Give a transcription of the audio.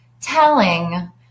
telling